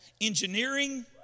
engineering